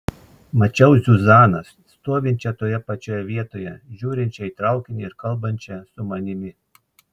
mačiau zuzaną stovinčią toje pačioje vietoje žiūrinčią į traukinį ir kalbančią su manimi